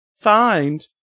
find